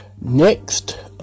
Next